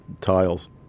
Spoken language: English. tiles